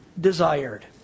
desired